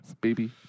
Baby